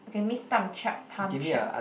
okay miss time check time check